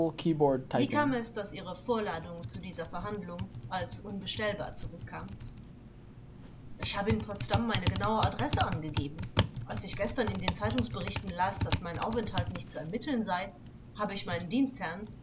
wie kam es daß ihre vorladung zu dieser verhandlung als unbestellbar zurückkam zeuge ich habe in potsdam meine genaue adresse angegeben als ich gestern in den zeitungsberichten las daß mein aufenthalt nicht zu ermitteln sei habe ich meinen dienstherrn